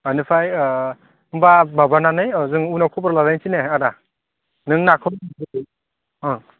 बेनिफ्राय होनबा माबानानै अ जों उनाव खबर लालायनोसै ने आदा नों नाखौ हैदो अ